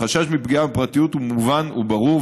החשש מפגיעה בפרטיות הוא מובן וברור,